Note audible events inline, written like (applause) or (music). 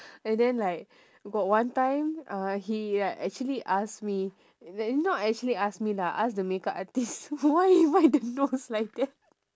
and then like got one time uh he like actually ask me not actually not ask lah me ask the makeup artist (laughs) why why the nose like that